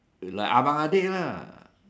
like abang adik lah